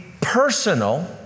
personal